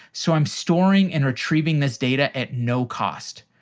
so i'm storing and retrieving this data at no cost.